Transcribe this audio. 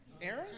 Aaron